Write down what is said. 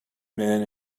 man